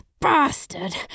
Bastard